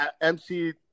MC